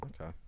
Okay